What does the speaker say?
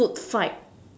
food fight